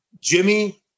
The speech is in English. Jimmy